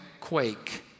quake